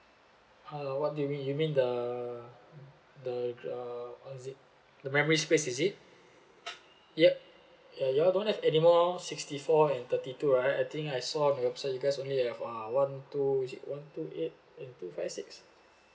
hello what do you mean you mean the the uh what is it the memory space is it yea uh you all don't have anymore sixty four and thirty two right I think I saw in your website you guys only have uh one two is it one two eight and two five six